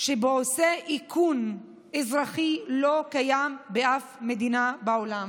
עושה איכון אזרחי לא קיים בשום מדינה בעולם.